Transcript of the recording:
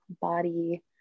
body